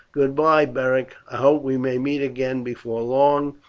goodbye, beric i hope we may meet again before long,